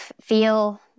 feel